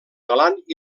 galant